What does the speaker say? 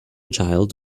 child